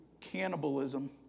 cannibalism